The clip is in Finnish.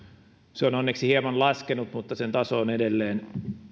se on onneksi hieman laskenut mutta sen taso on edelleen